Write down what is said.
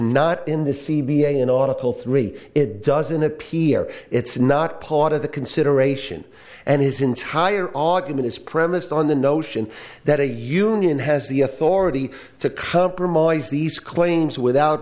not in the c b i an article three it doesn't appear it's not part of the consideration and his entire argument is premised on the notion that a union has the authority to compromise these claims without